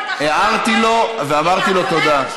הערתי לו ואמרתי לו תודה.